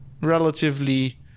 relatively